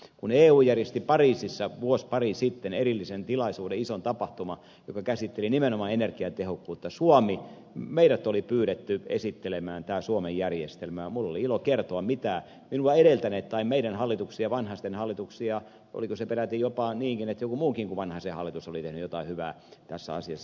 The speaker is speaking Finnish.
kun eu järjesti pariisissa vuosi pari sitten erillisen tilaisuuden ison tapahtuman joka käsitteli nimenomaan energiatehokkuutta meidät oli pyydetty esittelemään tämä suomen järjestelmä ja minulla oli ilo kertoa mitä minua edeltäneet tai vanhasen hallituksia edeltäneet hallitukset olivat tehneet ja oliko se peräti jopa niinkin että joku muukin kuin vanhasen hallitus oli tehnyt jotain hyvää tässä asiassa